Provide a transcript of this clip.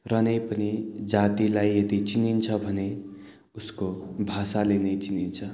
र नै पनि जातिलाई यदि चिनिन्छ भने उसको भाषाले नै चिनिन्छ